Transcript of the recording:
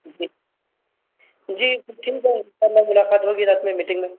جی جی پھر ٹھیک ہے انشاء اللہ ملاقات ہوگی رات میں میٹنگ میں